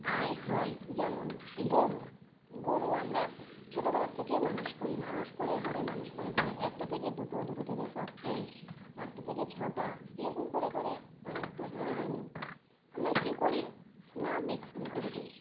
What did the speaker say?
আয় হয় যেমন গরু গরু আমরা ছোটবেলা থেকেই মানুষ করি মানুষ করে করে মানুষ করে করে একটা থেকে দুটো দুটো থেকে চারটে চারটে থেকে ছটা এ রকম করে করে অনেকটা হয়ে গেলে আমরা কী করি না বিক্রি করে দিই